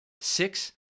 Six